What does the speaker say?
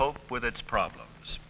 cope with its problems